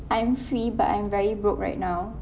I'm free but I'm very broke right now